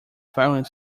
violent